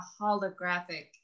holographic